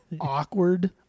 awkward